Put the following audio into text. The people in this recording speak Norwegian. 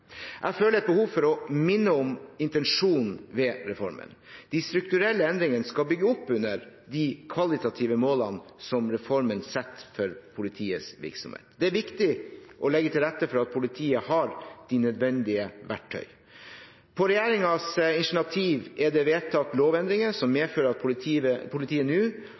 Jeg føler et behov for å minne om intensjonen ved reformen. De strukturelle endringene skal bygge opp under de kvalitative målene som reformen setter for politiets virksomhet. Det er viktig å legge til rette for at politiet har de nødvendige verktøy. På regjeringens initiativ er det vedtatt lovendringer som medfører at politiet